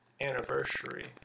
anniversary